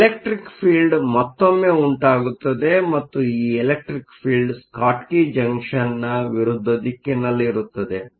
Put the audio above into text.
ಆದ್ದರಿಂದ ಎಲೆಕ್ಟ್ರಿಕ್ ಫೀಲ್ಡ್Electric field ಮತ್ತೊಮ್ಮೆ ಉಂಟಾಗುತ್ತದೆ ಮತ್ತು ಈ ಎಲೆಕ್ಟ್ರಿಕ್ ಫೀಲ್ಡ್Electric field ಸ್ಕಾಟ್ಕಿ ಜಂಕ್ಷನ್ನ ವಿರುದ್ಧ ದಿಕ್ಕಿನಲ್ಲಿರುತ್ತದೆ